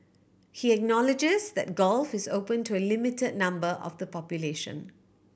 he acknowledges that golf is open to a limited number of the population